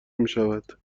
میشود